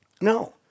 no